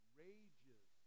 rages